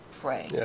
pray